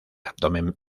abdomen